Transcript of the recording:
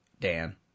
Dan